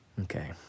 Okay